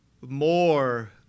more